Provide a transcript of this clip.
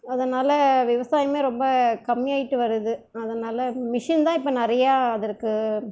அதனால் விவசாயமே ரொம்ப கம்மியாகிட்டு வருது அதனால் மிஷின் தான் இப்போ நிறையா அதற்கு